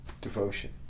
devotion